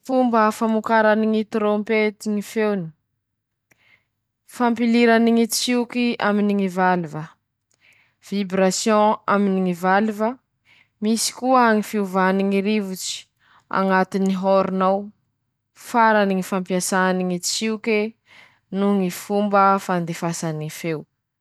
Ndreto aby ñy karazam-pataloa noho ñy fomba fampiasa azy kirairaiky iaby: -Misy ñy pataloho jiny, ampiasa aminy ñy fisikina mavesatsy; -Misy ñy patalo foty, ampiasa aminy ñy fivoria ara-panjaka; -Misy ñy patalo lava, ampiasa aminy ñy hetsiky mañam-pahaiza, ampiasa koa aminy ñy fivoria ara-panjakà; -Misy ñy patalo boribory ampiasa aminy ñy.